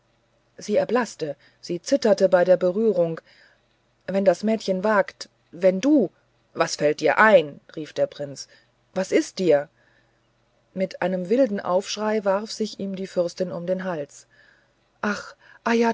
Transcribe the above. sie erblaßte sie zitterte bei der berührung wenn das mädchen wagt wenn du was fällt dir ein rief der prinz was ist dir mit einem wilden aufschrei warf sich ihm die fürstin um den hals ach